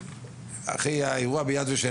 אחרי האירוע ביד ושם,